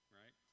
right